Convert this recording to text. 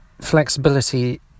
flexibility